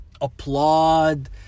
applaud